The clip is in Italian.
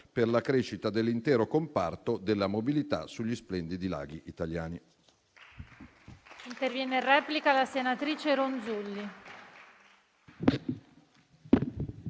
per la crescita dell'intero comparto della mobilità sugli splendidi laghi italiani.